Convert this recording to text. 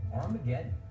Armageddon